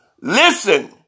Listen